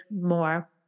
more